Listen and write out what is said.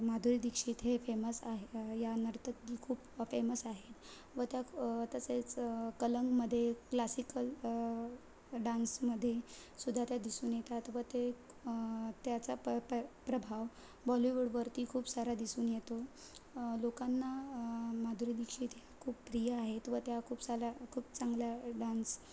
माधुरी दीक्षित हे फेमस आहे या नर्तकी खूप फेमस आहेत व त्या तसेच कलंकमध्ये क्लासिकल डान्समध्ये सुद्धा त्या दिसून येतात व ते त्याचा प प्रभाव बॉलीवूडवरती खूप सारा दिसून येतो लोकांना माधुरी दीक्षित ह्या खूप प्रिय आहेत व त्या खूप साऱ्या खूप चांगल्या डान्स